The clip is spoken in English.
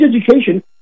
education